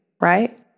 right